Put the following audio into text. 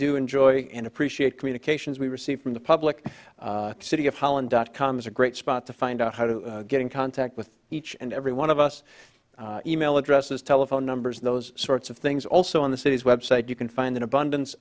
do enjoy and appreciate communications we receive from the public city of holland dot com is a great spot to find out how to get in contact with each and every one of us email addresses telephone numbers those sorts of things also on the city's website you can find an abundance